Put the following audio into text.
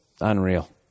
Unreal